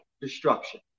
destruction